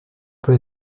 peut